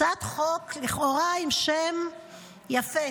הצעת חוק עם שם יפה,